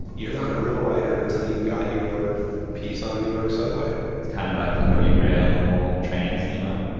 you're not a real writer until you got your piece on a new york subway it's kind of like the holy grail of all trains, you know